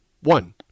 One